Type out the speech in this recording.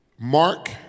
Mark